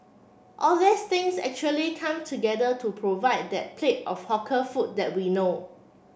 all these things actually come together to provide that plate of hawker food that we know